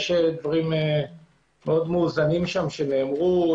יש דברים מאוזנים שם שנאמרו.